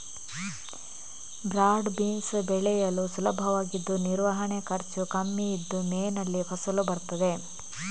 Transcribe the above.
broad beans ಬೆಳೆಯಲು ಸುಲಭವಾಗಿದ್ದು ನಿರ್ವಹಣೆ ಖರ್ಚು ಕಮ್ಮಿ ಇದ್ದು ಮೇನಲ್ಲಿ ಫಸಲು ಬರ್ತದೆ